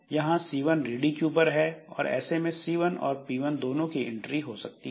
यहां C1 ready queue पर है और ऐसे में C1 और P1 दोनों की एंट्री हो सकती है